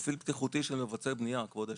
פרופיל בטיחותי של מבצעי בנייה, כבוד היושב-ראש.